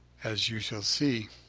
as you shall see.